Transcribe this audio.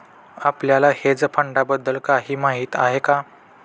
आपल्याला हेज फंडांबद्दल काही माहित आहे का?